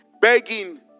begging